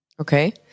Okay